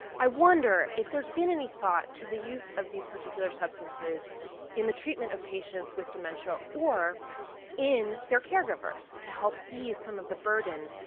i wonder if there's been any thought to the use of these particular substances in the treatment of patients with dementia, or in their caregivers. to help ease some of the burden,